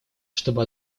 чтобы